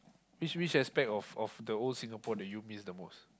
which which aspect of of the old Singapore that you miss the most